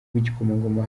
bw’igikomangoma